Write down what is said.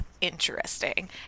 interesting